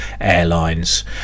airlines